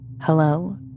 Hello